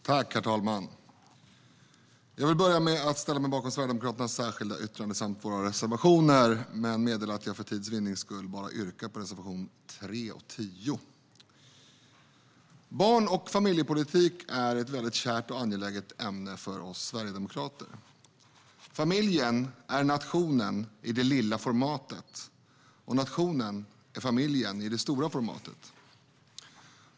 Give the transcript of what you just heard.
Herr talman! Jag vill börja med att säga att jag står bakom Sverigedemokraternas särskilda yttrande samt våra reservationer, men för tids vinnande yrkar jag bifall bara till reservationerna 3 och 10. Barn och familjepolitik är ett väldigt kärt och angeläget ämne för oss sverigedemokrater. Familjen är nationen i det lilla formatet, och nationen är familjen i det stora formatet.